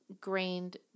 grained